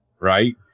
Right